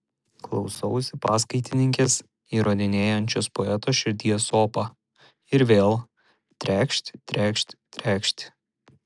klausausi paskaitininkės įrodinėjančios poeto širdies sopą ir vėl trekšt trekšt trekšt